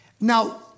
Now